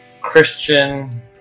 Christian